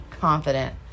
confident